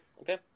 Okay